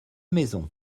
maisons